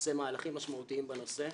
עושה מהלכים חשובים בנושא,